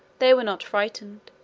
they were not frightened,